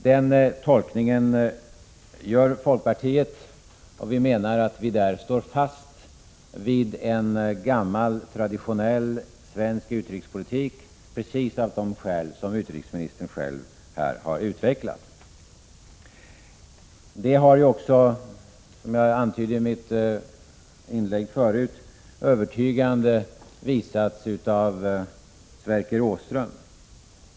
Den tolkningen gör folkpartiet, och vi menar att vi därmed står fast vid gammal traditionell svensk utrikespolitik — precis av de skäl som utrikesministern själv här har utvecklat. Detta har ju också, som jag antydde i mitt tidigare inlägg, övertygande visats av Sverker Åström.